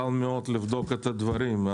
קל מאוד לבדוק את הדברים.